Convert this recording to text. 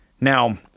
Now